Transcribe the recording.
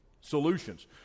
solutions